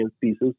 pieces